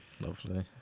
Lovely